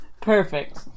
Perfect